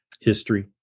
history